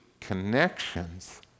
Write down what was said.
connections